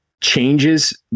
changes